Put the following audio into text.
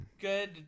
good